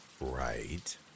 right